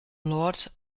lord